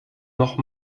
noch